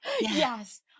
yes